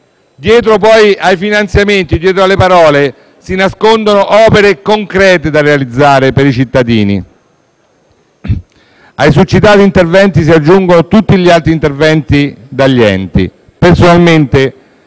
dietro ai finanziamenti, dietro alle parole si nascondono opere concrete da realizzare per i cittadini. Ai succitati interventi si aggiungono tutti quelli previsti dagli enti. Rispetto